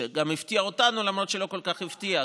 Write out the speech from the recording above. שגם הפתיעה אותנו, למרות שלא כל כך הפתיעה.